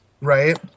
Right